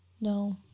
No